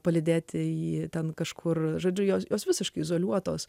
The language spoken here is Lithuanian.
palydėti jį ten kažkur žodžiu jos visiškai izoliuotos